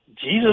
Jesus